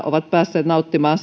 ovat päässeet nauttimaan